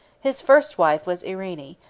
his first wife was irene,